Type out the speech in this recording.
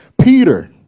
Peter